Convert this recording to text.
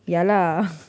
ya lah